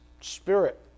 spirit